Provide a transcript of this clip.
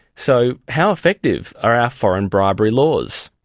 so, how effective are our foreign bribery laws?